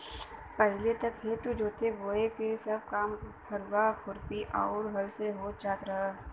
पहिले त खेत जोतना बोये क सब काम फरुहा, खुरपी आउर हल से हो जात रहल